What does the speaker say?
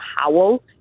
Howell